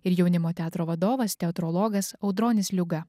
ir jaunimo teatro vadovas teatrologas audronis liuga